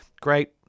great